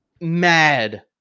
mad